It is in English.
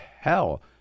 hell